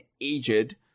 aged